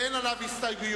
ואין עליו הסתייגויות.